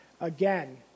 again